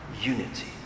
unity